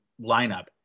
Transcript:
lineup